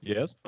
Yes